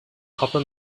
copper